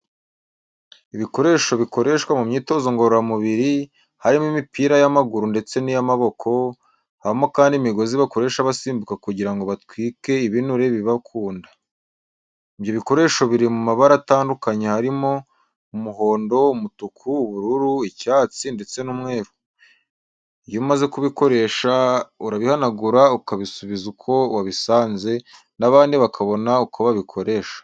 Ibikoresho bikoreshwa mu myitozo ngororamubiri, harimo imipira y'amaguru ndetse niy'amboko, habamo kandi imigozi bakoresha basimbuka kugira ngo batwike ibinure biba kunda. Ibyo bikoresho biri mu mabara atandukanya harimo umuhondo, umutuku, ubururu, icyatsi, ndetse n'umweru. Iyo umaze kubikoresha urabihanagura ukabisubiza uko wabisanze, nabandi bakabona uko babikoresha.